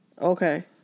Okay